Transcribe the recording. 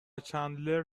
چندلر